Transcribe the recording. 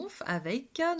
avec